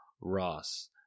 Ross